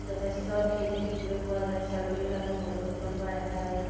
যথেষ্ট ক্ষীণ দেখিবলৈ পোৱা যায় ছাগলীবিলাকো পৰিৱৰ্তন হোৱা দেখা যায়